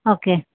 okay